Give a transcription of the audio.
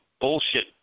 bullshit